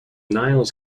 niles